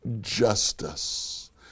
justice